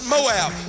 Moab